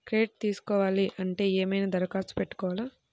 Credit తీసుకోవాలి అంటే ఏమైనా దరఖాస్తు పెట్టుకోవాలా?